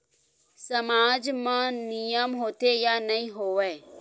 सामाज मा नियम होथे या नहीं हो वाए?